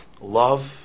love